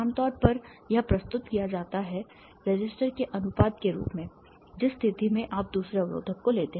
आम तौर पर यह प्रस्तुत किया जाता है रेसिस्टर के अनुपात के रूप में जिस स्थिति में आप दूसरे अवरोधक को लेते हैं